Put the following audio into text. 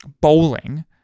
bowling